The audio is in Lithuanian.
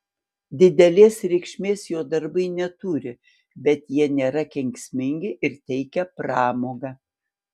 didelės reikšmės jo darbai neturi bet jie nėra kenksmingi ir teikia pramogą